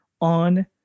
on